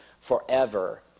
forever